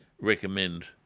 recommend